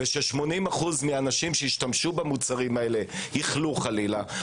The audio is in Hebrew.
וש-80% מהאנשים שישתמשו במוצרים האלה יחלו חלילה,